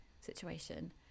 situation